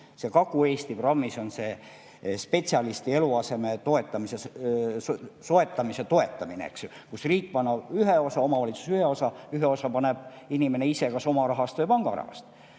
Kagu-Eesti programmis on sees spetsialisti eluaseme soetamise toetamine. Riik paneb ühe osa, omavalitsus ühe osa, ühe osa paneb inimene ise kas oma rahast või panga rahast.